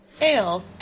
ale